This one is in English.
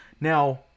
Now